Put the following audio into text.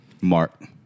Mark